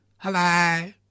hello